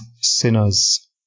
sinners